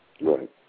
Right